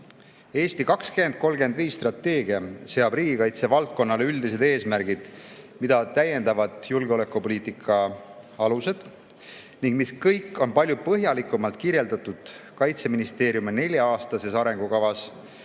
2035" strateegia seab riigikaitsevaldkonnale üldised eesmärgid, mida täiendavad julgeolekupoliitika alused ning mida kõike on palju põhjalikumalt kirjeldatud Kaitseministeeriumi nelja-aastases arengukavas,